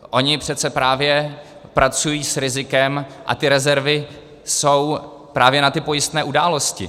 Ony přece právě pracují s rizikem a ty rezervy jsou právě na ty pojistné události.